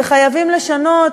וחייבים לשנות.